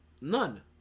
None